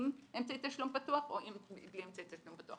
אמצעי תשלום פתוח או בלי אמצעי תשלום פתוח.